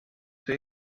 see